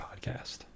Podcast